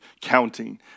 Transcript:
counting